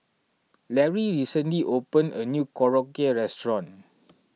Larry recently opened a new Korokke restaurant